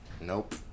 Nope